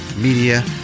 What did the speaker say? Media